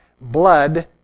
blood